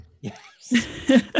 Yes